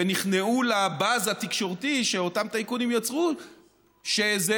ונכנעו לבאז התקשורתי שאותם טייקונים יצרו שזה